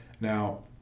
Now